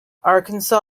arkansas